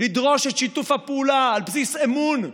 לדרוש את שיתוף הפעולה על בסיס אמון.